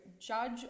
judge